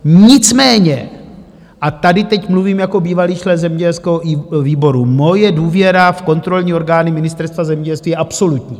Nicméně a tady teď mluvím i jako bývalý člen zemědělského výboru moje důvěra v kontrolní orgány Ministerstva zemědělství je absolutní.